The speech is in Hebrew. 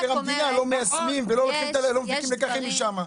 המדינה לא מיישמים ולא מפיקים לקחים משם.